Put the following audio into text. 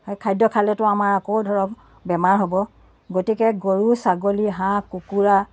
সেই খাদ্য় খালেতো আমাৰ আকৌ ধৰক বেমাৰ হ'ব গতিকে গৰু ছাগলী হাঁহ কুকুৰা